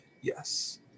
yes